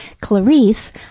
Clarice